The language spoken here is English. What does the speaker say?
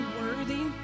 worthy